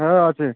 হ্যাঁ আছে